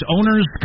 Owners